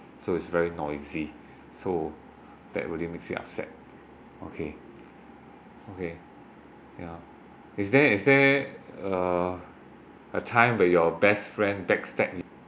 so it's very noisy so that really makes you upset okay okay yeah is there is there uh a time where your best friend backstabbed you